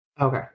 Okay